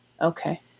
Okay